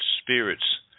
spirits